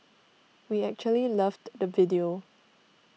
we actually loved the video